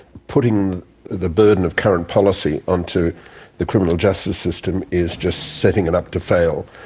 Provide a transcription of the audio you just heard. putting the burden of current policy onto the criminal justice system is just setting it up to fail,